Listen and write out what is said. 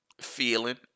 feeling